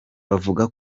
bavuga